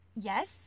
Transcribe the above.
Yes